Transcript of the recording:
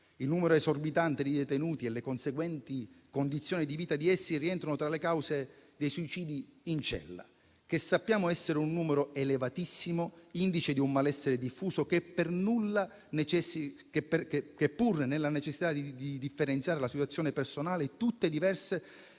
Il numero esorbitante di detenuti e le conseguenti condizioni di vita di essi rientrano tra le cause dei suicidi in cella, che sappiamo essere un numero elevatissimo, indice di un malessere diffuso, che pur nella necessità di differenziare le situazioni personali, tutte diverse,